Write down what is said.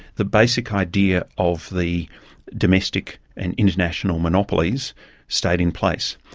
the basic idea of the domestic and international monopolies stayed in place.